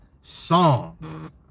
song